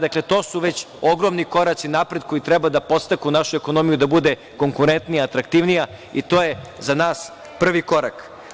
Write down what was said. Dakle, to su već ogromni koraci napred koji treba da podstaknu našu ekonomiju da bude konkurentnija, atraktivnija i to je za nas prvi korak.